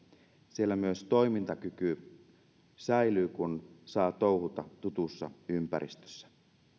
siellä myös toimintakyky säilyy kun saa touhuta tutussa ympäristössä